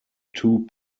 two